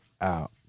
out